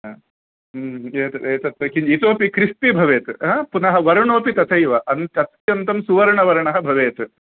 ह एतत् एतत् किञ् इतोपि क्रिस्पि भवेत् ह पुनः वर्णोपि तथैव अन्त अत्यन्तं सुवर्णवर्णः भवेत्